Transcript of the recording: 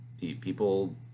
people